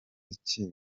iki